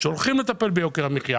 שהולכים לטפל ביוקר המחיה,